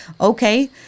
okay